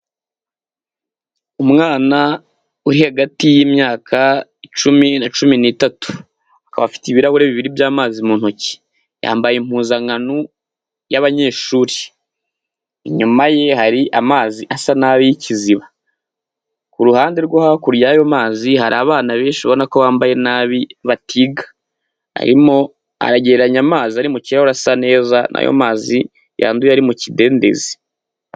Umwana uri hagati y'imyaka icumi na cumi n'itatu, akaba afite ibirahure bibiri by'amazi mu ntoki, yambaye impuzankano y'abanyeshuri, inyuma ye hari amazi asa nabi y'ikiziba, ku ruhande rwo hakurya y'ayo mazi hari abana benshi ubona ko bambaye nabi batiga, arimo aragereranya amazi ari mu kirahuri asa neza n'ayo mazi yanduye ari mu kidendezi.